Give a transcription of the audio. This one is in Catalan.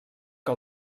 que